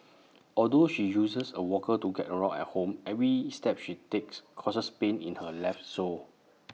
although she uses A walker to get around at home every step she takes causes pain in her left sole